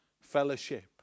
fellowship